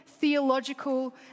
theological